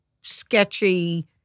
sketchy